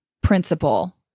principle